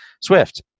Swift